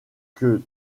que